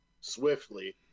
swiftly